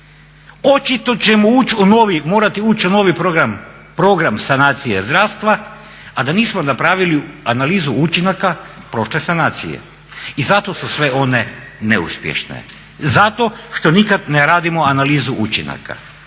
ući u novi, morate ući u novi program sanacije zdravstva, a da nismo napravili analizu učinaka prošle sanacije i zato su sve one neuspješne. Zato što nikad ne radimo analizu učinaka.